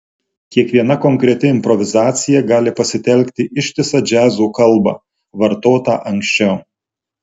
kiekviena konkreti improvizacija gali pasitelkti ištisą džiazo kalbą vartotą anksčiau